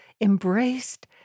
embraced